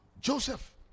Joseph